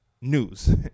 news